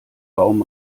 baum